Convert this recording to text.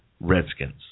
Redskins